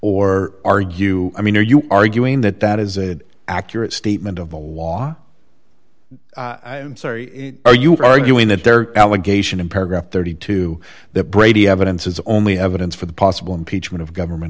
or argue i mean are you arguing that that is a an accurate statement of the law i'm sorry are you arguing that there are allegation in paragraph thirty two that brady evidence is only evidence for the possible impeachment of government